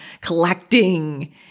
collecting